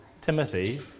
Timothy